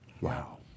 Wow